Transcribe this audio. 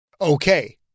Okay